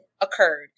occurred